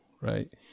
right